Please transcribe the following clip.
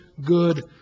good